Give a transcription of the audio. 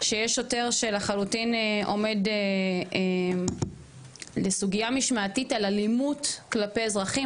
שיש שוטר שלחלוטין עומד לסוגיה משמעתית על אלימות כלפי אזרחים.